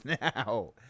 now